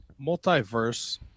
Multiverse